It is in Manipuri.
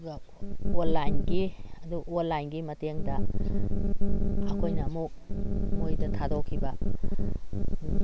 ꯑꯗꯨꯒ ꯑꯣꯟꯂꯥꯏꯟꯒꯤ ꯑꯗꯨ ꯑꯣꯟꯂꯥꯏꯟꯒꯤ ꯃꯇꯦꯡꯗ ꯑꯩꯈꯣꯏꯅ ꯑꯃꯨꯛ ꯃꯣꯏꯗ ꯊꯥꯗꯣꯛꯈꯤꯕ